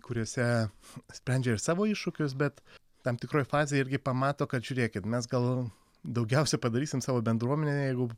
kuriose sprendžia ir savo iššūkius bet tam tikroje fazėje irgi pamato kad žiūrėkit mes gal daugiausia padarysim savo bendruomenėj jeigu